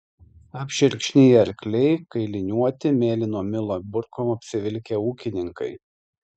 apšerkšniję arkliai kailiniuoti mėlyno milo burkom apsivilkę ūkininkai